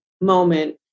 moment